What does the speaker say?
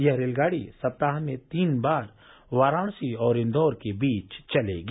यह रेलगाड़ी सप्ताह में तीन बार वाराणसी और इंदौर के बीच चलेगी